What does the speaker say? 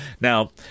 Now